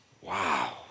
wow